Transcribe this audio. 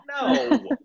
No